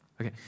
Okay